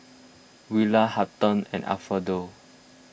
Willa Hampton and Alfredo